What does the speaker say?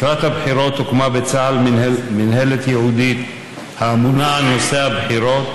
לקראת הבחירות הוקמה בצה"ל מינהלת ייעודית האמונה על נושא הבחירות,